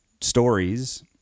stories